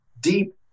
deep